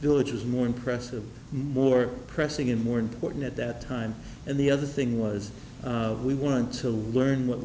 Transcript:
village was more impressive more pressing and more important at that time and the other thing was we want to learn what